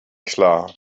klar